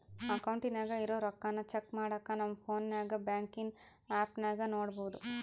ಅಕೌಂಟಿನಾಗ ಇರೋ ರೊಕ್ಕಾನ ಚೆಕ್ ಮಾಡಾಕ ನಮ್ ಪೋನ್ನಾಗ ಬ್ಯಾಂಕಿನ್ ಆಪ್ನಾಗ ನೋಡ್ಬೋದು